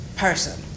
person